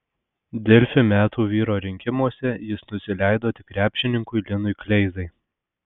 delfi metų vyro rinkimuose jis nusileido tik krepšininkui linui kleizai